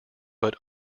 but